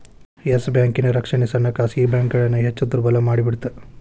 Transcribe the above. S ಬ್ಯಾಂಕಿನ್ ರಕ್ಷಣೆ ಸಣ್ಣ ಖಾಸಗಿ ಬ್ಯಾಂಕ್ಗಳನ್ನ ಹೆಚ್ ದುರ್ಬಲಮಾಡಿಬಿಡ್ತ್